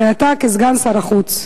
הרי אתה, כסגן שר החוץ,